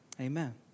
Amen